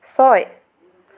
ছয়